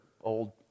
old